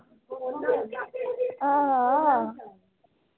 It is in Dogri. हां हां